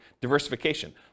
diversification